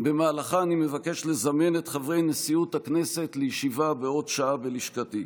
במהלכה אני מבקש לזמן את חברי נשיאות הכנסת לישיבה בעוד שעה בלשכתי.